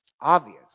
obvious